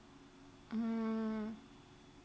mm